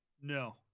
no